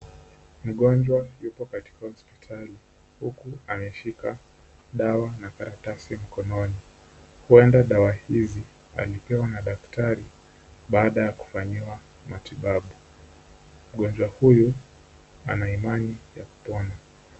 Mgonjwa yupo katika hospitali huku ameshika dawa na karatasi mkononi. Huenda dawa hizi alipewa na daktari baada ya kufanyiwa matibabu. Mgonjwa huyu ana imani ya kupona.